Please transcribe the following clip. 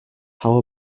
how